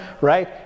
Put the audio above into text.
right